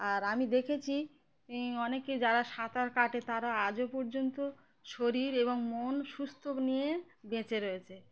আর আমি দেখেছি অনেকে যারা সাঁতার কাটে তারা আজও পর্যন্ত শরীর এবং মন সুস্থ নিয়ে বেঁচে রয়েছে